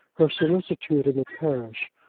her solicitude in the parish,